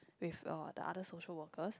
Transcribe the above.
with uh the other social workers